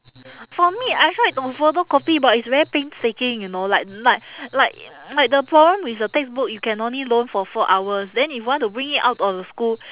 for me I tried to photocopy but it's very painstaking you know like like like like the problem with the textbook you can only loan for four hours then if want to bring it out of the school